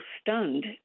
stunned